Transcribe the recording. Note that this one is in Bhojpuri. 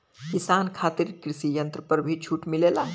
किसान खातिर कृषि यंत्र पर भी छूट मिलेला?